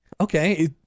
Okay